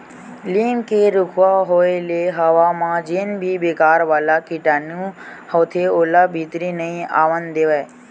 लीम के रूखवा होय ले हवा म जेन भी बेकार वाला कीटानु होथे ओला भीतरी नइ आवन देवय